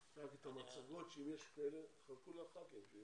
כמו שאתה רואה, בשנת 19' היו